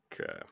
Okay